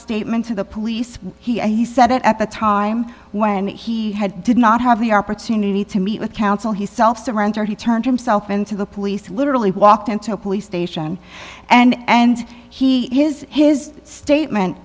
statement to the police he said at the time when he had did not have the opportunity to meet with counsel he self surrender he turned himself in to the police literally walked into a police station and he his his statement